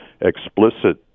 explicit